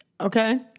Okay